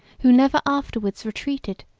who never afterwards retreated,